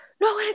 No